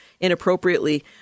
inappropriately